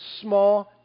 small